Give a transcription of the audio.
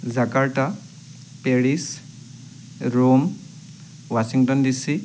Jakarta Paris Rome Washington D C